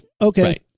okay